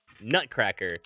nutcracker